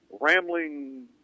rambling